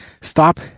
Stop